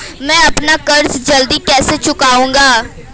मैं अपना कर्ज जल्दी कैसे चुकाऊं?